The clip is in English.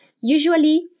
Usually